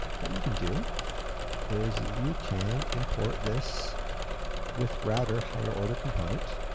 what you can do is you can import this withrouter higher-order component.